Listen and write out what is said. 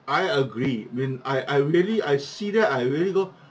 I agree when I I really I see that I really go